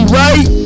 right